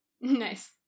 Nice